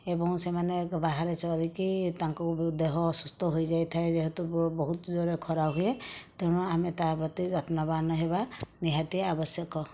ଏବଂ ସେମାନେ ବାହାରେ ଚରିକି ତାଙ୍କୁ ଦେହ ଅସୁସ୍ତ ହୋଇ ଯାଇଥାଏ ଯେହେତୁ ବହୁତ ଜୋରରେ ଖରା ହୁଏ ତେଣୁ ଆମେ ତାହାପ୍ରତି ଯତ୍ନବାନ ହେବା ନିହାତି ଆବଶ୍ୟକ